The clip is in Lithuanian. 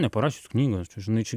neparašius knygos čia žinai čia